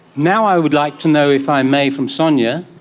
now i would like to know, if i may, from sonia,